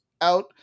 out